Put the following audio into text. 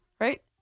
right